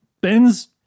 Ben's